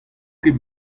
ket